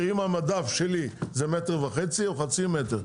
אם המדף שלי זה מטר וחצי או חצי מטר.